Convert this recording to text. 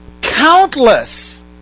countless